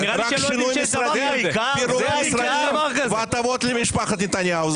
כי נראה לי שלא ------ רק שינוי משרדים והטבות למשפחת נתניהו,